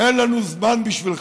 אין לנו זמן בשבילכם.